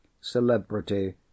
celebrity